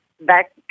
back